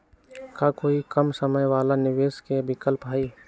का कोई कम समय वाला निवेस के विकल्प हई?